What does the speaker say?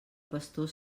pastor